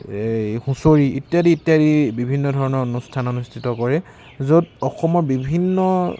এই হুঁচৰি ইত্যাদি ইত্যাদি বিভিন্ন ধৰণৰ অনুষ্ঠান অনুষ্ঠিত কৰে য'ত অসমৰ বিভিন্ন